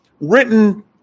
written